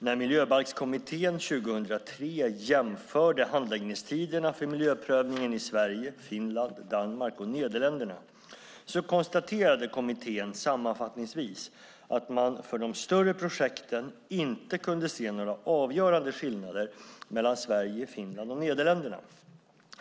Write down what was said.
När Miljöbalkskommittén 2003 jämförde handläggningstiderna för miljöprövningen i Sverige, Finland, Danmark och Nederländerna konstaterade kommittén sammanfattningsvis att man för de större projekten inte kunde se några avgörande skillnader mellan Sverige, Finland och Nederländerna.